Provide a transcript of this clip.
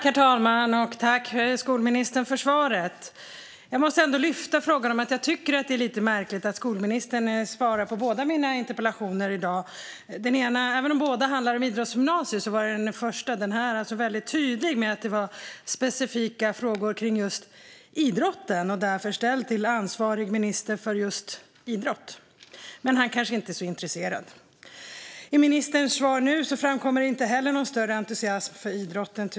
Herr talman! Tack, skolministern, för svaret! Jag måste ändå lyfta upp frågan om att det är lite märkligt att det är skolministern som svarar på båda mina interpellationer i dag. Även om båda handlar om idrottsgymnasier var jag i den första, alltså denna, väldigt tydlig med att det var specifika frågor om idrotten och därför ställda till ansvarig minister för just idrott. Men han kanske inte är så intresserad. I ministerns svar nu framkommer tyvärr inte heller någon större entusiasm för idrotten.